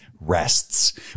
rests